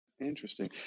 Interesting